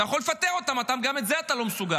אתה יכול לפטר אותם, אבל גם את זה אתה לא מסוגל,